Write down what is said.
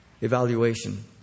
evaluation